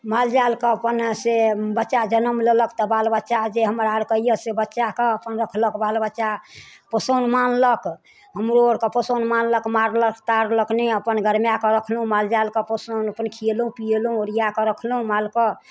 मालजालकेँ अपनासे बच्चा जन्म लेलक तऽ बाल बच्चा जे हमरा आओरकेँ यए से बच्चाकेँ अपन रखलक जे बाल बच्चा पोसन मानलक हमरो आओरके पोसन मानलक मारलक ताड़लक नहि अपन गरमाए कऽ रखलहुँ मालजालकेँ पोसलहुँ अपन खिएलहुँ पिएलहुँ ओरियाए कऽ रखलहुँ मालकेँ